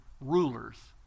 rulers